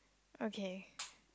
okay